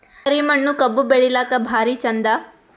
ಕರಿ ಮಣ್ಣು ಕಬ್ಬು ಬೆಳಿಲ್ಲಾಕ ಭಾರಿ ಚಂದ?